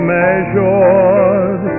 measured